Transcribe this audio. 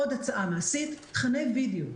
עוד הצעה מעשית, תכני וידאו.